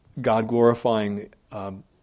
God-glorifying